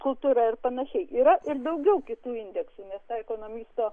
kultūra ir panašiai yra ir daugiau kitų indeksų nes tą ekonomisto